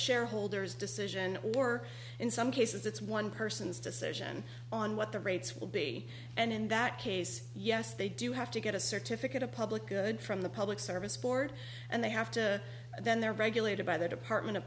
shareholders decision or in some cases it's one person's decision on what the rates will be and in that case yes they do have to get a certificate of public good from the public service board and they have to then they're regulated by the department of